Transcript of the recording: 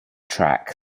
track